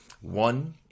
One